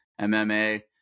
MMA